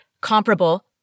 comparable